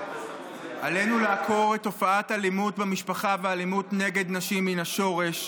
עלינו לעקור את תופעת האלימות במשפחה והאלימות נגד נשים מן השורש.